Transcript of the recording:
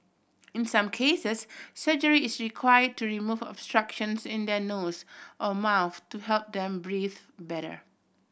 in some cases surgery is required to remove obstructions in their nose or mouth to help them breathe better